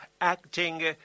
acting